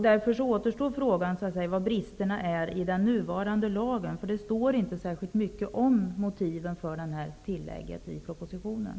Därför återstår frågan om vilka bristerna är i den nuvarande lagen. Det står inte särskilt mycket om motiven för det här tillägget i propositionen.